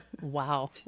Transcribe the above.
Wow